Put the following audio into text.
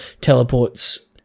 teleports